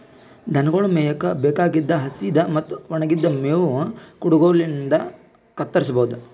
ದನಗೊಳ್ ಮೇಯಕ್ಕ್ ಬೇಕಾಗಿದ್ದ್ ಹಸಿದ್ ಮತ್ತ್ ಒಣಗಿದ್ದ್ ಮೇವ್ ಕುಡಗೊಲಿನ್ಡ್ ಕತ್ತರಸಬಹುದು